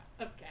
Okay